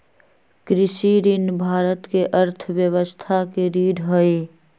कृषि ऋण भारत के अर्थव्यवस्था के रीढ़ हई